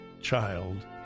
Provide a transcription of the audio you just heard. child